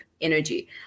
energy